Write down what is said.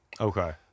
Okay